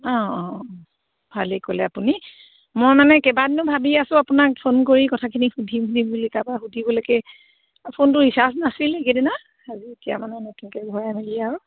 অঁ অঁ ভালেই কৰিলে আপুনি মই মানে কেইবা দিনো ভাবি আছোঁ আপোনাক ফোন কৰি কথাখিনি সুধিম সুধিম বুলি তাৰপৰা সুধিবলৈকে ফোনটো ৰিচাৰ্জ নাছিল এইকেইদিনা আজি এতিয়া মানে নতুনকৈ ভৰাই মেলি আৰু